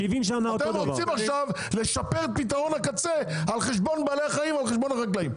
אתם רוצים לשפר את פתרון הקצה על חשבון בעלי החיים והחקלאים.